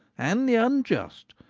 and the unjust,